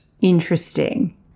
Interesting